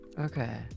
Okay